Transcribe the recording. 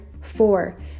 Four